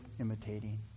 imitating